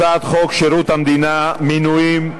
הצעת חוק שירות המדינה (מינויים)